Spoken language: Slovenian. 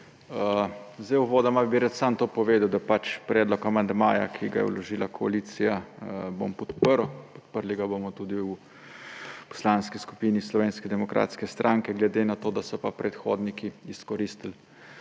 Uvodoma bi rad samo to povedal, da predlog amandmaja, ki ga je vložila koalicija, bom podprl. Podprli ga bomo tudi v Poslanski skupini Slovenske demokratske stranke. Ker so predhodniki izkoristili